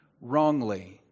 wrongly